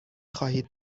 خواهید